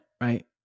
right